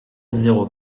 zéro